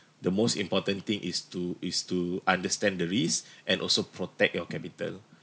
the most important thing is to is to understand the risk and also protect your capital